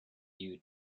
you